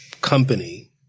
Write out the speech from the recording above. company